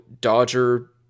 dodger